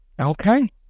Okay